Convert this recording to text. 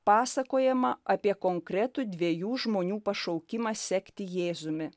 pasakojama apie konkretų dviejų žmonių pašaukimą sekti jėzumi